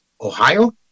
Ohio